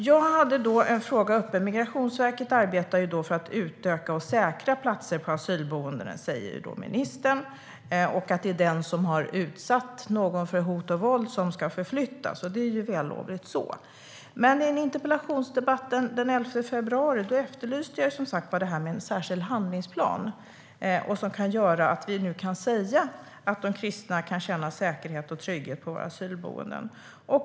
Ministern säger att Migrationsverket arbetar för att utöka och säkra platser på asylboendena och att det är den som har utsatt någon för hot och våld som ska förflyttas. Det är vällovligt. Men i en interpellationsdebatt den 11 februari efterlyste jag en särskild handlingsplan som kan göra att vi kan säga att de kristna kan känna säkerhet och trygghet på våra asylboenden.